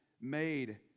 made